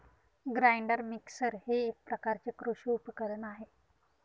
grinder mixer हे एक प्रकारचे कृषी उपकरण आहे